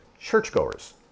churchgoers